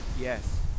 Yes